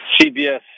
CBS